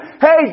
Hey